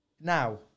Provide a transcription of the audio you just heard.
Now